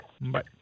Bye